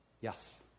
Yes